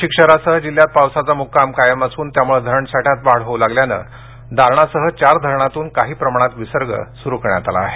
नाशिक शहरासह जिल्ह्यात पावसाचा मुक्काम कायम असून त्यामुळे धरणसाठ्यात वाढ होऊ लागल्याने दारणासह चार धरणांतून काही प्रमाणात विसर्ग सुरू करण्यात आला आहे